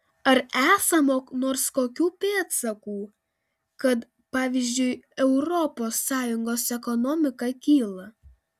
ar esama nors kokių pėdsakų kad pavyzdžiui europos sąjungos ekonomika kyla